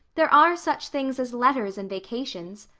there are such things as letters and vacations.